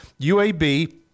UAB